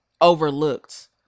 overlooked